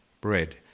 bread